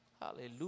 Hallelujah